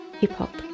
hip-hop